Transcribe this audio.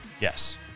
yes